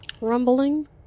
rumbling